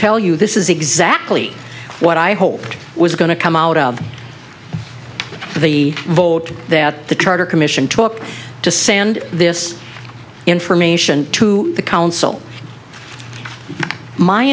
tell you this is exactly what i hoped was going to come out of the vote that the charter commission talked to send this information to the council my